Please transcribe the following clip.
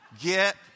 Get